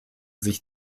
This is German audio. sich